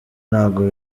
ntabwo